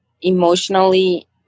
emotionally